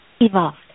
evolved